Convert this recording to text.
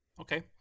Okay